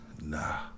Nah